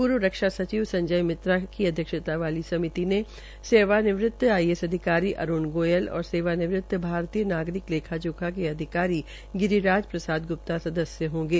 पूर्व रक्षा सचिव संजय मित्रा की अध्यक्षता वाली समिति ने सेवानिवृत आई ए एस अधिकारी अरूण गोयल और सेवा निवृत भारतीय नागरिक लेखा सेवा के अधिकारी गिरीराज प्रसादगुप्ता सदस्य होंगे